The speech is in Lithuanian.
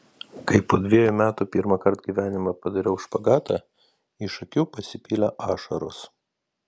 kai po dvejų metų pirmąkart gyvenime padariau špagatą iš akių pasipylė ašaros